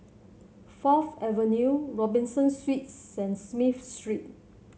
Fourth Avenue Robinson Suites and Smith Street